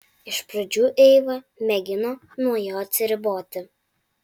iš pradžių eiva mėgino nuo jo atsiriboti